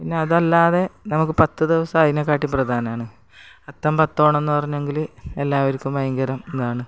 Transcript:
പിന്നെ അതല്ലാതെ നമുക്ക് പത്തു ദിവസം അതിനെക്കാട്ടിലും പ്രധാനമാണ് അത്തം പത്തോണമെന്നു പറഞ്ഞെങ്കിൽ എല്ലാവർക്കും ഭയങ്കര ഇതാണ്